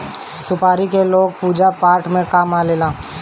सुपारी के लोग पूजा पाठ में काम लेला